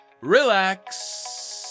relax